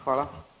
Hvala.